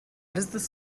does